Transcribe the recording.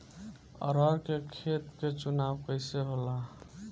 अरहर के खेत के चुनाव कइसे होला?